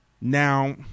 Now